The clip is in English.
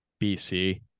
BC